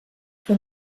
que